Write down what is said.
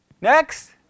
Next